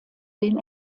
den